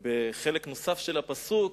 ובחלק נוסף של הפסוק,